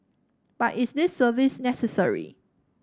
but is this service necessary